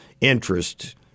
interest